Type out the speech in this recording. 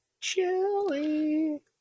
Chili